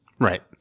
Right